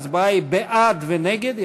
ההצבעה היא בעד ונגד.